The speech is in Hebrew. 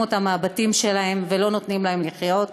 אותם מהבתים שלהם ולא נותנים להם לחיות.